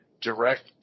Direct